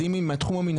גם אין באף מקום בעולם,